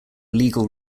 legal